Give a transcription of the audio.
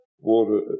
water